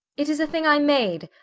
it is a thing i made,